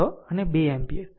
અને 2 એમ્પીયર